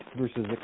versus